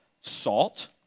salt